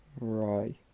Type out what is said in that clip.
Right